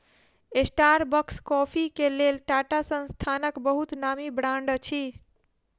Starbucks coffee के लेल टाटा संस्थानक बहुत नामी ब्रांड अछि